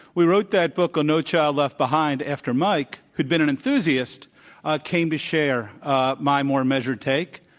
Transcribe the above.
we wrote that book on no child left behind after mike who had been an enthusiast came to share my more measured take.